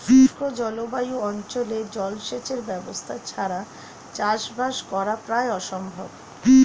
শুষ্ক জলবায়ু অঞ্চলে জলসেচের ব্যবস্থা ছাড়া চাষবাস করা প্রায় অসম্ভব